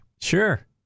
Sure